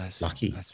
lucky